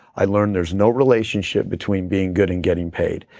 i learned. there's no relationship between being good and getting paid.